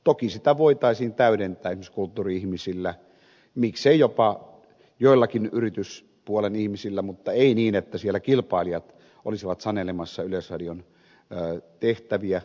toki sitä voitaisiin täydentää esimerkiksi kulttuuri ihmisillä miksei jopa joillakin yrityspuolen ihmisillä mutta ei niin että siellä kilpailijat olisivat sanelemassa yleisradion tehtäviä